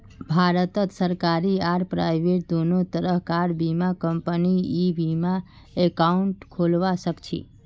भारतत सरकारी आर प्राइवेट दोनों तरह कार बीमा कंपनीत ई बीमा एकाउंट खोलवा सखछी